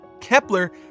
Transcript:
Kepler